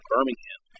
Birmingham